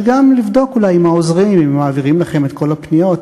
וגם לבדוק אולי עם העוזרים אם הם מעבירים לכם את כל הפניות.